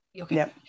okay